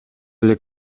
эле